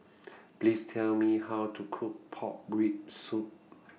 Please Tell Me How to Cook Pork Rib Soup